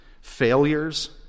failures